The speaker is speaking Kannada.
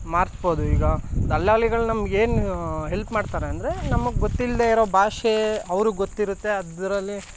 ಮಾರಿಸ್ಬೋದು ಈಗ ದಲ್ಲಾಳಿಗಳು ನಮ್ಗೇನು ಹೆಲ್ಪ್ ಮಾಡ್ತಾರೆ ಅಂದರೆ ನಮಗೆ ಗೊತ್ತಿಲ್ಲದೇ ಇರೋ ಭಾಷೆ ಅವ್ರಿಗೆ ಗೊತ್ತಿರುತ್ತೆ ಅದರಲ್ಲಿ